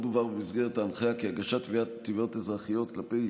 עוד הובהר במסגרת ההנחיה כי הגשת תביעות אזרחיות כלפי